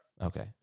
Okay